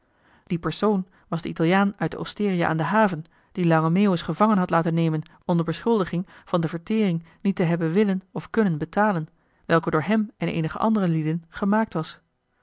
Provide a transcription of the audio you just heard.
die persoon was de italiaan uit de osteria aan de haven die lange meeuwis gevangen had laten nemen onder beschuldiging van de vertering niet te hebben willen of kunnen betalen welke door hem en eenige andere lieden gemaakt was